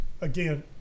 again